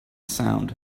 sound